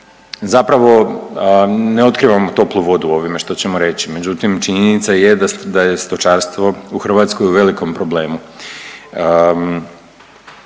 Zapravo ne otkrivamo toplu vodu ovime što ćemo reći, međutim činjenica je da je stočarstvo u Hrvatskoj u velikom problemu.